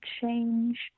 change